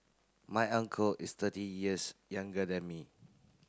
my uncle is thirty years younger than me